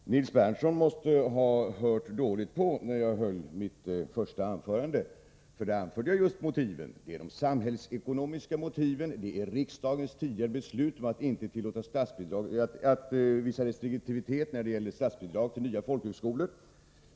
Herr talman! Nils Berndtson måste ha hört dåligt på när jag höll mitt första anförande — där anförde jag just motiven. Det är det samhällsekonomiska motivet, och det är riksdagens tidigare beslut att visa restriktivitet när det gäller statsbidrag till nya folkhögskolor.